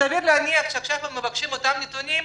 סביר להניח שעכשיו הם מבקשים אותם נתונים,